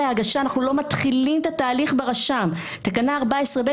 אבל זה המצב היום בחוק,